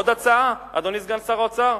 עוד הצעה, אדוני סגן שר האוצר?